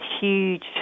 huge